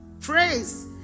praise